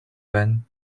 байна